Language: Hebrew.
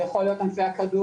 זה יכול להיות ענפי הכדור,